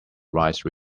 rise